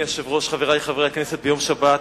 אדוני היושב-ראש, חברי חברי הכנסת, ביום שבת